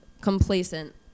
complacent